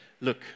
look